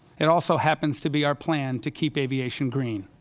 it also happens to be our plan to keep aviation green.